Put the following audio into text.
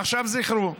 עכשיו זכרו.